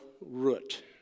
root